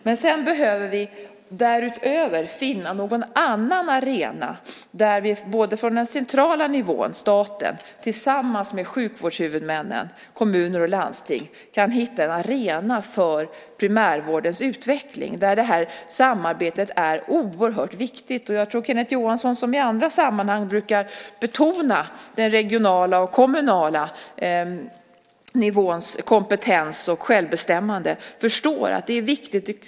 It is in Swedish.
Därutöver behöver vi finna någon annan arena där vi från den centrala nivån, staten, tillsammans med sjukvårdshuvudmännen, kommuner och landsting, kan hitta en arena för primärvårdens utveckling där det här samarbetet är oerhört viktigt. Jag tror att Kenneth Johansson, som i andra sammanhang brukar betona den regionala och kommunala nivåns kompetens och självbestämmande, förstår att det är viktigt.